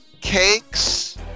cakes